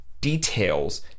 details